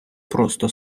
просто